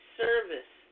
service